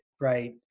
right